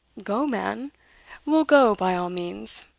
go, man we'll go, by all means.